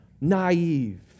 naive